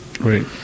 Right